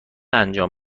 انجام